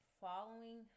following